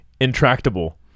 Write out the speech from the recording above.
intractable